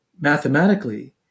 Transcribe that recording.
mathematically